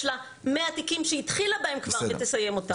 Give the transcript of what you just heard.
לה מאה תיקים שהיא התחילה בהם כבר ותסיים אותם?